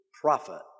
prophet